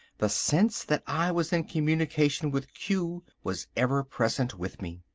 the sense that i was in communication with q was ever present with me.